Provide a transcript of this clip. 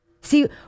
See